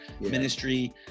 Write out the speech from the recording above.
ministry